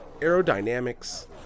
aerodynamics